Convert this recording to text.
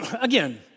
Again